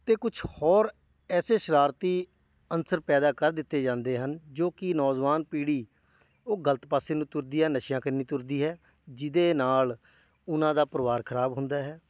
ਅਤੇ ਕੁਛ ਹੋਰ ਐਸੇ ਸ਼ਰਾਰਤੀ ਅਨਸਰ ਪੈਦਾ ਕਰ ਦਿੱਤੇ ਜਾਂਦੇ ਹਨ ਜੋ ਕਿ ਨੌਜਵਾਨ ਪੀੜ੍ਹੀ ਉਹ ਗਲਤ ਪਾਸੇ ਨੂੰ ਤੁਰਦੀ ਆ ਨਸ਼ਿਆਂ ਕਨ੍ਹੀ ਤੁਰਦੀ ਹੈ ਜਿਹਦੇ ਨਾਲ ਉਹਨਾਂ ਦਾ ਪਰਿਵਾਰ ਖਰਾਬ ਹੁੰਦਾ ਹੈ